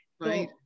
right